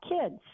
kids